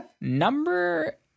number